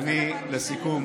רגועה לגמרי.